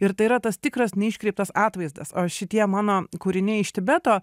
ir tai yra tas tikras ne iškreiptas atvaizdas o šitie mano kūriniai iš tibeto